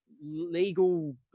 legal